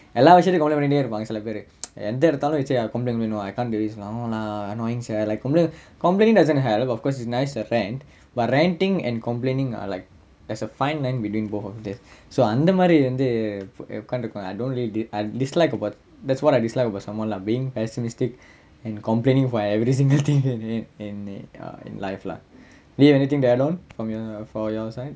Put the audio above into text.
எல்லா விஷயத்தையும்:ellaa vishayathaiyum complain பண்ணிட்டே இருப்பாங்க சில பேரு:pannittae iruppaanga sila peru எத எடுத்தாலும்:etha eduthalum eash ah complain பண்ணுவாங்க:pannuvaanga I can't do this னுவாங்க நா:nuvaanga naa annoying eh like complaning compaining doesn't have but ranting and complaining there's a fine line between two of them so அந்த மாறி வந்து உக்காந்துகுவேன்:antha maari vanthu ukkaanthukuvaen I don't really I dislike that's one thing I dislike about someone lah being pessimitic and complaing for every single thing uh uh in life lah do you have anything err in life lah do you have anything to add on from your from your side